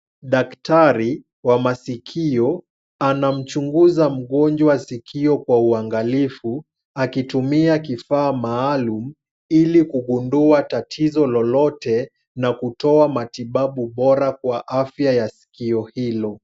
Daktari wa masikio anamchunguza mgonjwa sikio kwa uangalifu akitumia kifaa maalum ili kugundua tatizo lolotwe, na kutoa matibabu bora kwa afya ya sikio hilo.